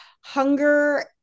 hunger